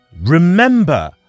Remember